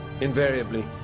invariably